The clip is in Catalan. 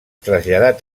traslladat